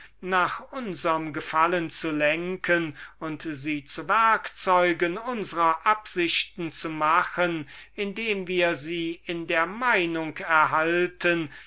nach unserm gefallen zu lenken und sie zu werkzeugen unsrer absichten zu machen indem wir sie in der meinung erhalten